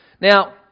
Now